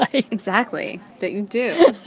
ah exactly. but you do